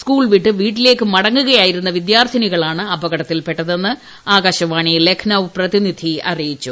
school വിട്ട് വീട്ടിലേക്കു മടങ്ങുകയായിരുന്ന വിദ്യാർത്ഥിനികളാണ് അപകടത്തിൽപെട്ടതെന്ന് ആകാശവാണി ലക്നൌ പ്രതിനിധി ആറ്റിയിച്ചു